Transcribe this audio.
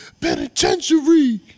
Penitentiary